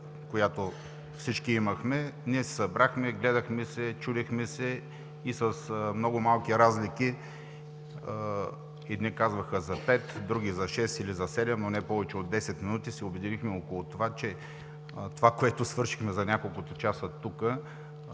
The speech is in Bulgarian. която всички имахме, ние се събрахме, гледахме се, чудихме се, и с много малки разлики едни казваха за пет, други за шест или за седем, но не повече от 10 минути се обединихме около това, че това, което свършихме за няколкото часа тук,